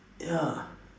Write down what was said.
ya